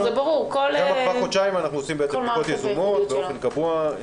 שם כבר חודשיים אנחנו עושים בדיקות יזומות באופן קבוע.